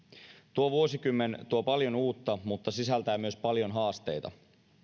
tuo vuosikymmen tuo paljon uutta mutta sisältää myös paljon haasteita